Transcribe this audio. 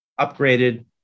upgraded